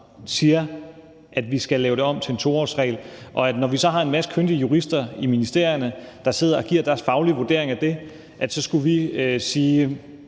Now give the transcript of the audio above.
siger, at vi skal lave det om til en 2-årsregel. Og når vi så har en masse kyndige jurister i ministerierne, der sidder og giver deres faglige vurdering af det, skulle vi så